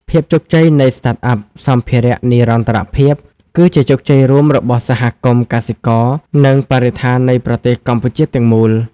ភាពជោគជ័យនៃ Startup សម្ភារៈនិរន្តរភាព គឺជាជោគជ័យរួមរបស់សហគមន៍ កសិករ និងបរិស្ថាននៃប្រទេសកម្ពុជាទាំងមូល។